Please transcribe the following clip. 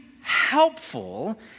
helpful